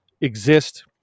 exist